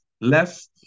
left